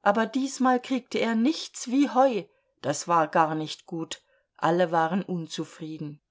aber diesmal kriegte er nichts wie heu das war gar nicht gut alle waren unzufrieden